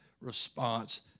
response